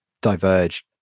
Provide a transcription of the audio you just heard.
diverged